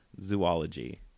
zoology